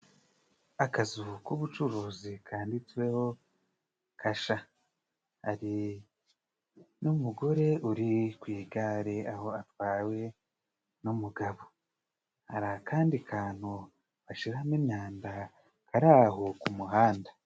Akazu k'ubucuruzi kandiditsweho kasha. Hari n'umugore uri ku igare aho atwawe n'umugabo. Hari akandi kantu bashiramo imyanda kari aho ku muhanda.